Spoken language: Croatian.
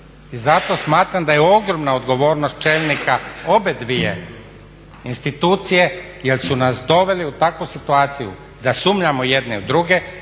I zato smatram da je ogromna odgovornost čelnika obje institucije jer su nas doveli u takvu situaciju da sumnjamo jedni u druge,